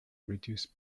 reduce